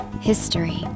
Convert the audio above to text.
history